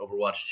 Overwatch